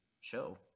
show